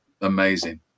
amazing